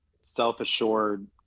self-assured